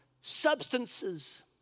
substances